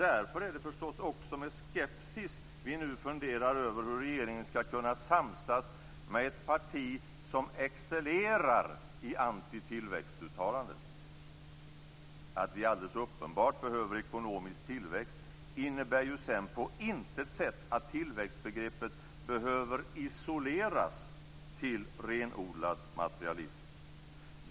Därför är det förstås också med skepsis vi nu funderar över hur regeringen skall kunna samsas med ett parti som excellerar i antitillväxtuttalanden. Att vi alldeles uppenbart behöver ekonomisk tillväxt innebär ju sedan på intet sätt att tillväxtbegreppet behöver isoleras till renodlad materialism.